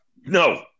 No